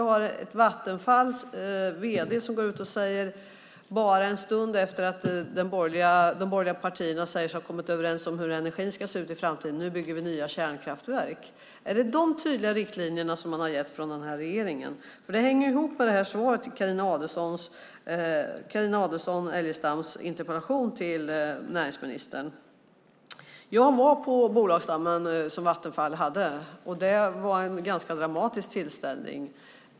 Bara en stund efter att de borgerliga partierna säger sig ha kommit överens om hur energin ska se ut i framtiden går Vattenfalls vd ut och säger: Nu bygger vi nya kärnkraftverk! Är det de tydliga riktlinjerna regeringen har gett? Det hänger ihop med svaret på Carina Adolfsson Elgestams interpellation till näringsministern. Jag var på bolagsstämman som Vattenfall hade. Det var en ganska dramatisk tillställning.